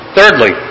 Thirdly